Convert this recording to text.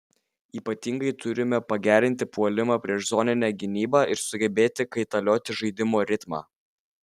ypatingai turime pagerinti puolimą prieš zoninę gynybą ir sugebėti kaitalioti žaidimo ritmą